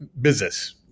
business